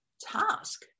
task